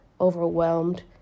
overwhelmed